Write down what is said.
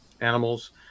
animals